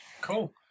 Cool